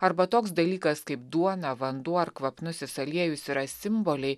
arba toks dalykas kaip duona vanduo ar kvapnusis aliejus yra simboliai